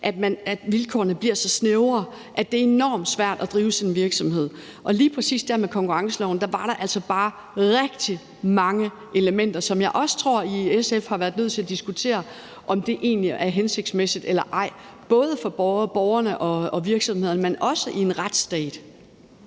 at vilkårene bliver så snævre, at det er enormt svært at drive sin virksomhed. Og lige præcis der med konkurrenceloven var der altså bare rigtig mange elementer, som jeg også tror at I i SF har været nødt til at diskutere om egentlig er hensigtsmæssige eller ej – både for borgerne og virksomhederne, men også i en retsstat.